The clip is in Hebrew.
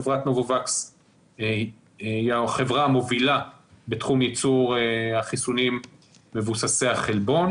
חברת נובהווקס היא החברה המובילה בתחום ייצור החיסונים מבוססי החלבון.